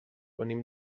venim